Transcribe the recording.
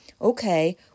okay